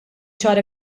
ċara